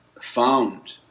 found